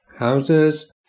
houses